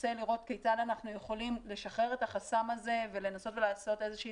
רוצה לראות כיצד אנחנו יכולים לשחרר את החסם הזה ולנסות ולעשות איזושהי